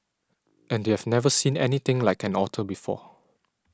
and they have never seen anything like an otter before